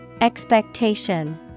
Expectation